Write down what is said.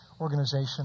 organization